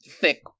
thick